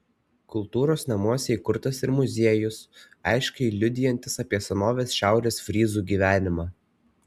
kultūros namuose įkurtas ir muziejus aiškiai liudijantis apie senovės šiaurės fryzų gyvenimą